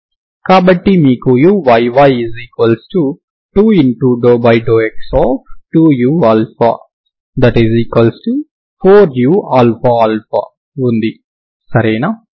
కాబట్టి మీకు uyy2∂α2u4uαα ఉంది సరేనా